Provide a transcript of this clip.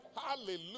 Hallelujah